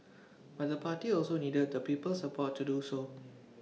but the party also needed the people's support to do so